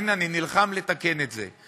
הנה, אני נלחם לתקן את זה.